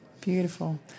beautiful